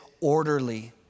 orderly